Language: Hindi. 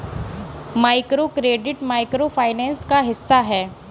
माइक्रोक्रेडिट माइक्रो फाइनेंस का हिस्सा है